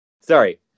Sorry